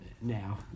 now